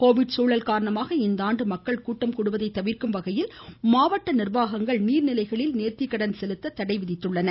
Covid சூழல் காரணமாக இந்தாண்டு மக்கள் கூட்டம் கூடுவதை தவிர்க்கும் வகையில் மாவட்ட நிர்வாகங்கள் நீர்நிலைகளில் நேர்த்தி கடன் செலுத்த தடை விதித்துள்ளன